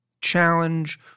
challenge